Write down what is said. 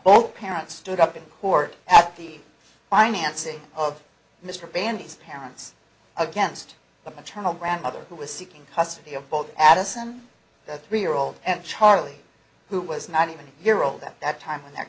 both parents stood up in court at the financing of mr bandies parents against the paternal grandmother who was seeking custody of both addison the three year old and charlie who was nineteen year old at that time and that